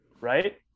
right